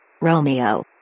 romeo